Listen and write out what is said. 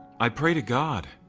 i'd pray to god.